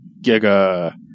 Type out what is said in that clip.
Giga